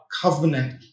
covenant